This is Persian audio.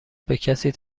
بکسی